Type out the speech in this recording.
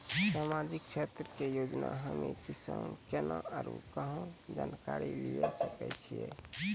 समाजिक क्षेत्र के योजना हम्मे किसान केना आरू कहाँ जानकारी लिये सकय छियै?